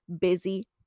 busy